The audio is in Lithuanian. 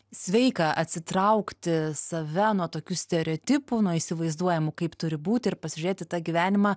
sveika atsitraukti save nuo tokių stereotipų nuo įsivaizduojamų kaip turi būti ir pasižiūrėt į tą gyvenimą